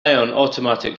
automatic